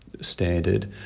standard